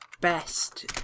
Best